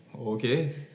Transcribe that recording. Okay